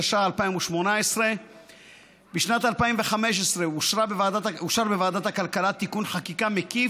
התשע"ח 2018. בשנת 2015 אושר בוועדת הכלכלה תיקון חקיקה מקיף,